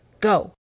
go